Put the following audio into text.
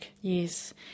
Yes